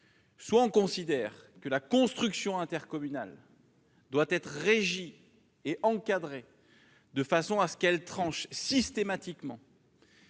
Soit l'on considère que la construction intercommunale doit être régie et encadrée de façon à trancher systématiquement,